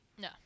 No